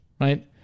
right